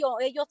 ellos